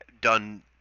done